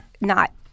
not-